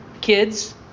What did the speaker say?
kids